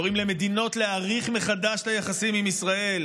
קוראים למדינות להעריך מחדש את היחסים עם ישראל,